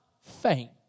faint